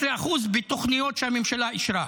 15% בתוכניות שהממשלה אישרה.